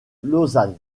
lausanne